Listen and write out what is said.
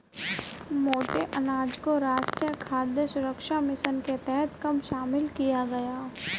मोटे अनाज को राष्ट्रीय खाद्य सुरक्षा मिशन के तहत कब शामिल किया गया?